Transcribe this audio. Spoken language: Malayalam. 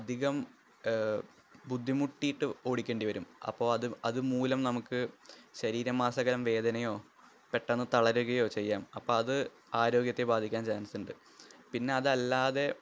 അധികം ബുദ്ധിമുട്ടിയിട്ട് ഓടിക്കേണ്ടി വരും അപ്പോൾ അതു മൂലം നമുക്ക് ശാരീരമാസകലം വേദനയോ പെട്ടെന്ന് തളരുകയോ ചെയ്യാം അപ്പോൾ അത് ആരോഗ്യത്തെ ബാധിക്കാന് ചാന്സുണ്ട് പിന്നെ അതല്ലാതെ